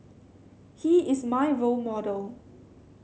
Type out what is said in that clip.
he is my role model